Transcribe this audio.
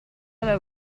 alla